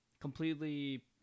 completely